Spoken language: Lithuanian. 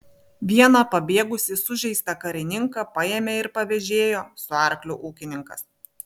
vieną pabėgusį sužeistą karininką paėmė ir pavėžėjo su arkliu ūkininkas